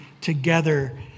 together